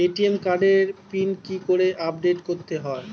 ATM কার্ডের pin কি করে আপডেট করতে হয়?